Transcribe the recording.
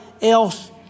else